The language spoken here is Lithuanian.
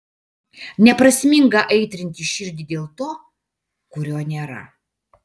neprasminga aitrinti širdį dėl to kurio nėra